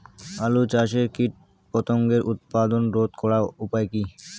আলু চাষের কীটপতঙ্গের উৎপাত রোধ করার উপায় কী?